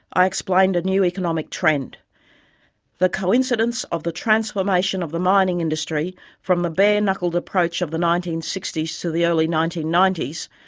i explained a new economic trend the coincidence of the transformation of the mining industry from the bare-knuckled approach of the nineteen sixty s to the early nineteen ninety s,